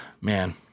Man